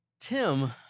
Tim